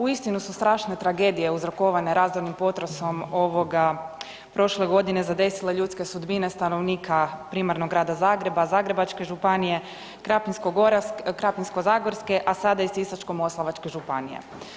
Uistinu su strašne tragedije uzrokovane razornim potresom prošle godine zadesile ljudske sudbine stanovnika primarno Grada Zagreba, Zagrebačke županije, Krapinsko-zagorske, a sada i Sisačko-moslavačke županije.